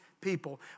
people